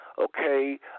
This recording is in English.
okay